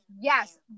yes